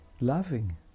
loving